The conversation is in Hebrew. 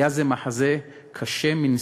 היה זה מחזה קשה מנשוא.